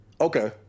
Okay